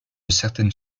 certaines